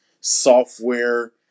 software